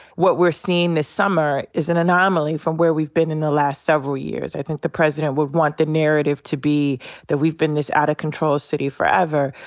what we're seeing this summer is an anomaly from where we've been in the last several years. i think the president would want the narrative to be that we've been this out of control city forever.